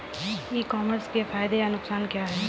ई commerce के फायदे या नुकसान क्या क्या हैं?